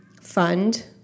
fund